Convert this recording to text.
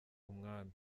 umwami